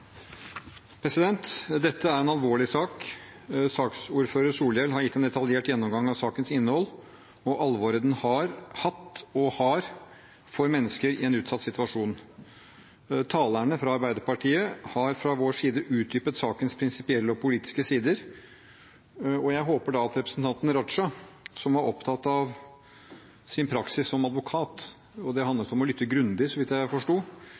Dette er en alvorlig sak. Saksordfører Solhjell har gitt en detaljert gjennomgang av sakens innhold og alvoret den har hatt og har for mennesker i en utsatt situasjon. Vi fra Arbeiderpartiet har fra vår side utdypet sakens prinsipielle og politiske sider, og jeg håper at representanten Raja – som var opptatt av sin praksis som advokat, og det handlet om å lytte grundig så vidt jeg forsto